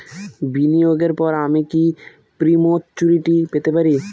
বিনিয়োগের পর আমি কি প্রিম্যচুরিটি পেতে পারি?